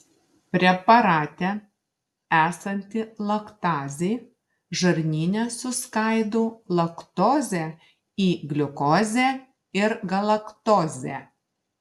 preparate esanti laktazė žarnyne suskaido laktozę į gliukozę ir galaktozę